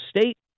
state